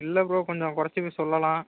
இல்லை ப்ரோ கொஞ்சம் குறச்சுக்க சொல்லலாம்